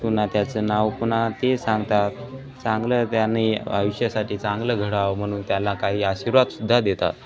पुन्हा त्याचं नाव पुन्हा ते सांगतात चांगलं त्यांनी आयुष्यासाठी चांगलं घडावं म्हणून त्याला काही आशीर्वाद सुद्धा देतात